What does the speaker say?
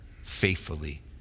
faithfully